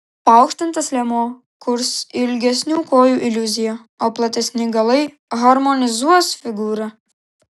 paaukštintas liemuo kurs ilgesnių kojų iliuziją o platesni galai harmonizuos figūrą